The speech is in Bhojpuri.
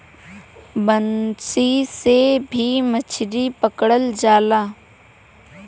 बंसी से भी मछरी पकड़ल जाला